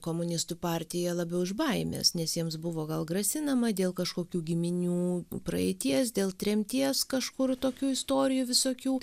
komunistų partiją labiau iš baimės nes jiems buvo gal grasinama dėl kažkokių giminių praeities dėl tremties kažkur tokių istorijų visokių